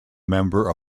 member